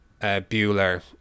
Bueller